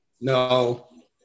No